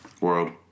world